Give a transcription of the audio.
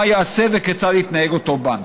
מה ייעשה וכיצד יתנהג אותו בנק.